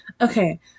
Okay